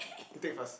you take first